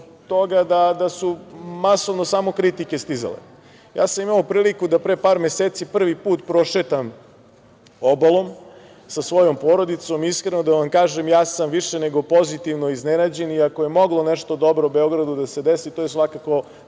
da su masovno samo kritike stizale. Ja sam imao priliku da pre par meseci prvi put prošetam obalom sa svojom porodicom i, iskreno da vam kažem, ja sam više nego pozitivno iznenađen. Ako je moglo nešto dobro Beogradu da se desi, to je svakako